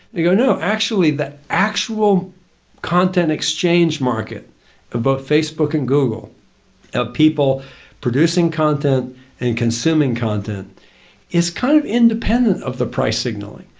they go, no. actually the actual content exchange market of both facebook and google of people producing content and consuming content is kind of independent of the price signaling.